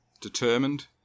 determined